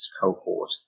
cohort